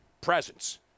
presence